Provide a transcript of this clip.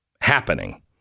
happening